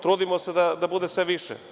Trudimo se da bude što više.